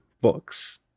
books